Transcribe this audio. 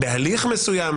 בהליך מסוים,